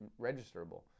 registerable